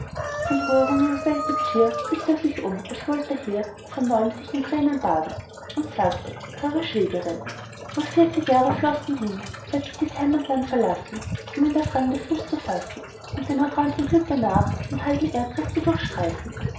von rührung überwältigt schier blickt er sich um als woll er hier von neuem sich in tränen baden und sagte teure schwägerin wohl vierzig jahre flossen hin seit ich dies heimatland verlassen um in der fremde fuß zu fassen und dem erträumten glücke nach den halben erdkreis zu durchstreifen